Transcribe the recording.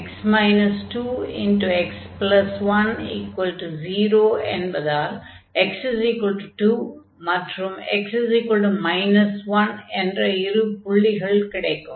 x 2x10 என்பதால் x2 மற்றும் x 1 என்ற இரு புள்ளிகள் கிடைக்கும்